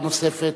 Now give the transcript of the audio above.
הנוספת?